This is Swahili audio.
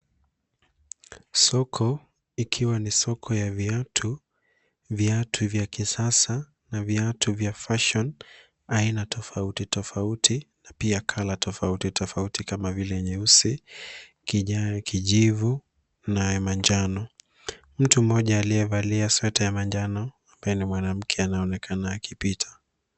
Soko ikiwa ni soko ya viatu, viatu vya kisasa na viatu vya fashion , aina tofauti tofauti na pia colour tofauti tofauti, nyeusi, kijani, kijivu na manjano. Mtu mmoja aliyevalia sweta ya manjano ambaye ni mwanamke anaonekana akipita.